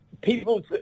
People